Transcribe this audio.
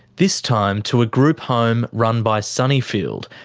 this time to a group home run by sunnyfield,